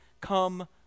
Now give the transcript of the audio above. come